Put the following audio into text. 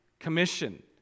Commission